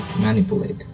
manipulate